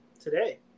Today